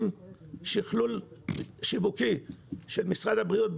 עם שכלול שיווקי של משרד הבריאות,